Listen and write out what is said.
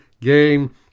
game